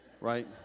right